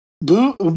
boo